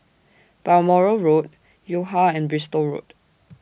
Balmoral Road Yo Ha and Bristol Road